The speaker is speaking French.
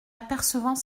apercevant